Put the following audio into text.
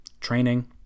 training